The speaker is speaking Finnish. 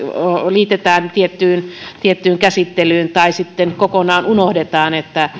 liitetään tiettyyn tiettyyn käsittelyyn tai sitten kokonaan unohdetaan